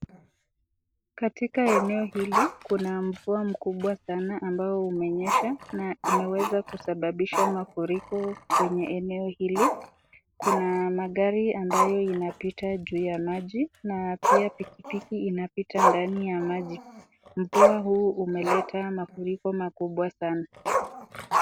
Katika eneo hili kuna mvua mkubwa sana ambayo umenyesha na imeweza kusababisha mafriko kwenye eneo hili. Kuna magari ambayo inapita juu ya maji na pia pikipiki inapita ndani ya maji. Mvua huu umeleta mafriko makubwa sana.